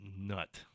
nut